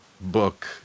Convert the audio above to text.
book